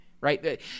right